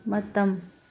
ꯃꯇꯝ